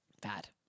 bad